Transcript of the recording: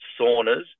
saunas